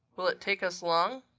will it take us long?